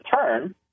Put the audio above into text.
turn